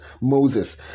moses